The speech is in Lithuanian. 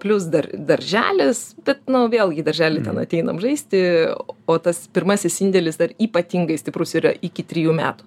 plius dar darželis bet nu vėl į darželį ten ateinam žaisti o tas pirmasis indėlis dar ypatingai stiprus yra iki trijų metų